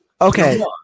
Okay